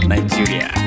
Nigeria